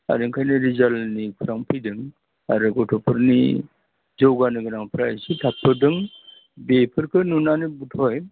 आरो ओंखायनो रिजाल्टनिफ्राव फैदों आरो गथ'फोरनि जौगानो गोनांफ्रा इसे थाबथादों बेफोरखौ नुनानैनो बधय